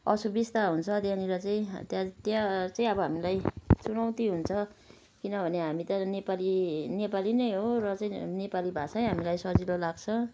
असुविस्ता हुन्छ त्यहाँनिर चाहिँ त्यहाँ त्यहाँ चाहिँ अब हामीलाई चुनौती हुन्छ किनभने हामी त नेपाली नेपाली नै हो र चाहिँ नेपाली भाषा नै हामीलाई सजिलो लाग्छ